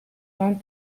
run